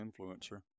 influencer